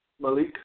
Malik